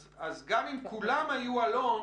אז גם אם כולם היו אלון